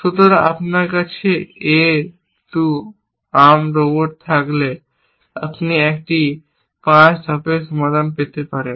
সুতরাং আপনার কাছে A 2 আর্ম রোবট থাকলে আপনি একটি 5 ধাপের সমাধান পেতে পারেন